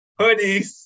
hoodies